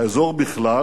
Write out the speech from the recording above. באזור בכלל